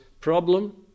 problem